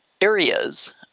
areas